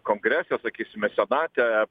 kongrese sakysime senate